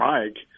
Mike